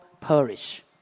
perish